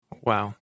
Wow